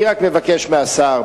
אני רק מבקש מהשר,